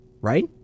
Right